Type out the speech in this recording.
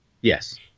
Yes